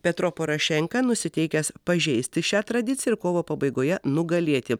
petro porošenka nusiteikęs pažeisti šią tradiciją ir kovo pabaigoje nugalėti